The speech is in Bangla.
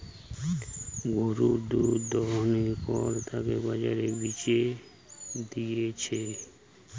গরুর দুধ দোহানোর পর তাকে বাজারে বেচে দিতেছে